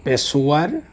Peshawar